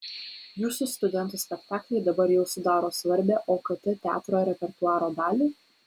jūsų studentų spektakliai dabar jau sudaro svarbią okt teatro repertuaro dalį